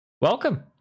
welcome